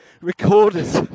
Recorders